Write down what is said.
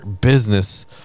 business